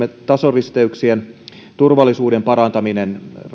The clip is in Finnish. tasoristeyksien turvallisuuden parantamista